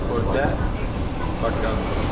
Khordha Cuttack